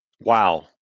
Wow